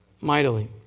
mightily